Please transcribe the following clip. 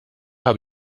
habe